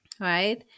right